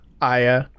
Aya